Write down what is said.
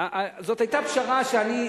לקחתי את האמצע שבין שני,